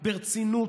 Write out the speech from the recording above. ברצינות,